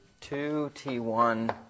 2T1